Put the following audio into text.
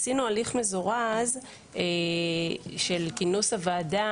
עשינו הליך מזורז של כינוס הוועדה,